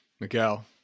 Miguel